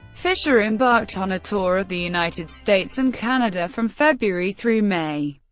fischer embarked on a tour of the united states and canada from february through may,